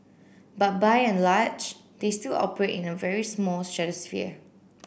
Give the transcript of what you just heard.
but by and large they still operate in a very small stratosphere